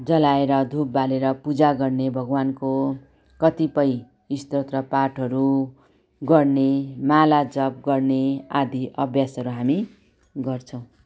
जलाएर धुप बालेर पूजा गर्ने भगवान्को कतिपय स्त्रोत्र पाठहरू गर्ने माला जप् गर्ने आदि आभ्यासहरू हामी गर्छौँ